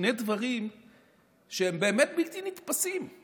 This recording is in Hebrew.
שני דברים שהם באמת בלתי נתפסים.